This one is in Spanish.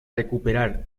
recuperar